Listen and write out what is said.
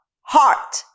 heart